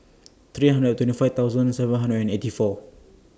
three hundred and twenty five thousand seven hundred and eighty four